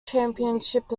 championship